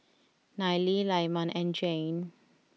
Neely Lyman and Jayne